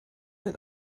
den